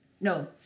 No